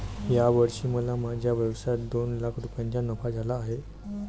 या वर्षी मला माझ्या व्यवसायात दोन लाख रुपयांचा नफा झाला आहे